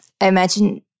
imagine